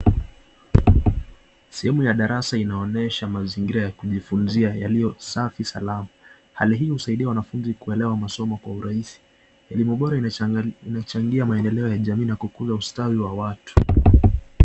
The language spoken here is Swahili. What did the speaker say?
Sehemu ya darasa inaonyesha mazingira ya kujifunzia yaliyo safi salama. Hali hii husaidia wanafunzi kuelewa masomo kwa urahisi. Elimu bora inachangia maendeleo ya jamii na kukuza ustawi wa watu .